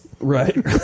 Right